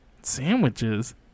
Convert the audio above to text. Sandwiches